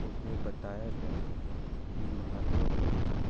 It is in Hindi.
उसमे बताया गया था कि महात्मा बुद्ध